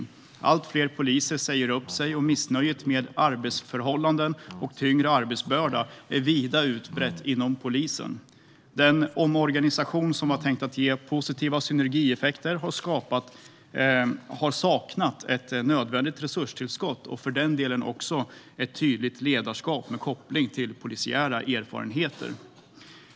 Allt fler poliser säger upp sig, och missnöjet med arbetsförhållandena och en tyngre arbetsbörda är vida utbrett inom polisen. Den omorganisation som var tänkt att ge positiva synergieffekter har saknat ett nödvändigt resurstillskott och för den delen också ett tydligt ledarskap med koppling till polisiära erfarenheter.